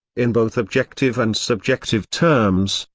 in both objective and subjective terms,